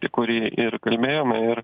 tai kuri ir kalbėjome ir